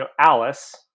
Alice